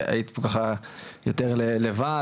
שהיית פה ככה יותר לבד,